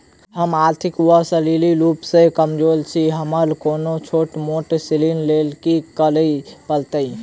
हम आर्थिक व शारीरिक रूप सँ कमजोर छी हमरा कोनों छोट मोट ऋण लैल की करै पड़तै?